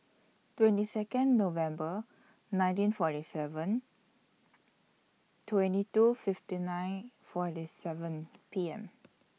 twenty Second November nineteen forty seven twenty two fifty nine forty seven P M